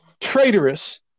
traitorous